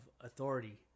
authority